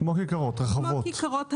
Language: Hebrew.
כמו כיכרות טיילות,